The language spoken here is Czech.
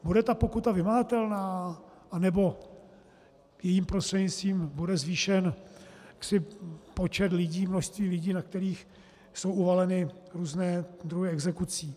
Bude ta pokuta vymahatelná, anebo jejím prostřednictvím bude zvýšen počet lidí, množství lidí, na které jsou uvaleny různé druhy exekucí?